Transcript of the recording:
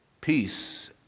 peace